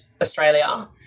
Australia